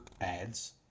ads